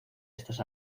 estas